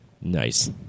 Nice